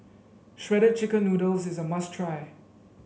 Shredded Chicken Noodles is a must try